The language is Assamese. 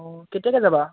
অঁ কেতিয়াকৈ যাবা